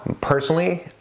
personally